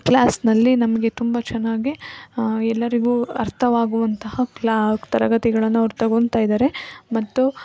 ಕ್ಲಾಸ್ನಲ್ಲಿ ನಮಗೆ ತುಂಬ ಚೆನ್ನಾಗಿ ಎಲ್ಲರಿಗೂ ಅರ್ಥವಾಗುವಂತಹ ಕ್ಲಾ ತರಗತಿಗಳನ್ನು ಅವ್ರು ತಗೊತಾ ಇದ್ದಾರೆ ಮತ್ತು